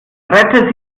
rette